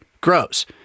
grows